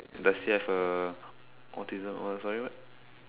does he have a autism or sorry what